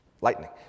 lightning